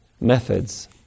methods